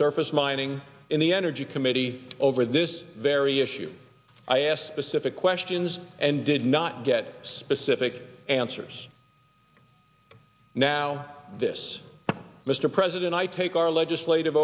surface mining in the energy committee over this very issue i asked specific questions and did not get specific answers now this mr president i take our legislative